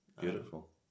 Beautiful